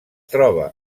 troba